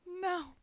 no